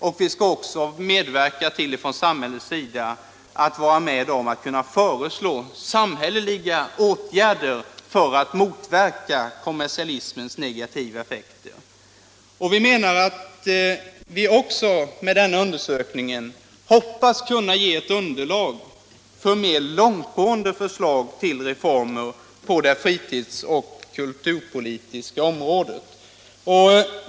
Man skall också från samhällets sida kunna vara med om att föreslå samhälleliga åtgärder för att motverka kommersialismens negativa effekter. Vi hoppas med denna undersökning även kunna ge ett mer långtgående förslag till reformer på det fritids och kulturpolitiska området.